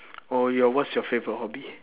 orh your what's your favourite hobby